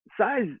size